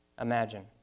imagine